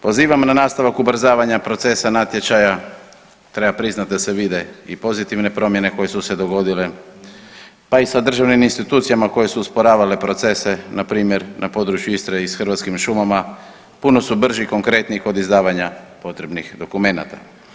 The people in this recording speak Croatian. Pozivamo na nastavak ubrzavanja procesa natječaja, treba priznat da se vide i pozitivne promjene koje su se dogodile, pa i sa državnim institucijama koje su usporavale procese npr. na području Istre i s Hrvatskim šumama, puno su brži i konkretni od izdavanja potrebnih dokumenata.